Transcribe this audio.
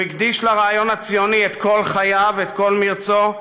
הוא הקדיש לרעיון הציוני את כל חייו, את כל מרצו.